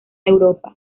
europa